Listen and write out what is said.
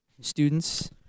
students